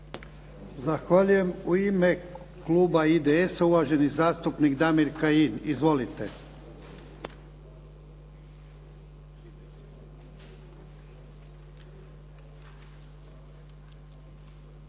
Zahvaljujem. U ime kluba IDS-a, uvaženi zastupnik Damir Kajin. Izvolite.